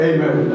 Amen